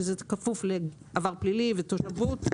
שזה כפוף לעבר פלילי ותושבות,